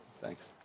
Thanks